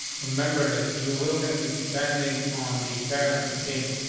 remember that you will gonna be depending on the parents container.